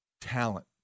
talent